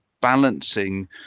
balancing